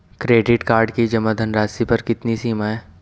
Credit card की जमा धनराशि पर कितनी सीमा है?